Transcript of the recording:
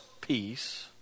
peace